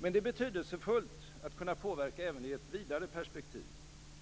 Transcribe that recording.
Men det är betydelsefullt att kunna påverka även i ett vidare perspektiv.